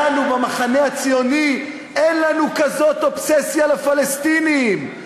לנו במחנה הציוני אין כזאת אובססיה לפלסטינים.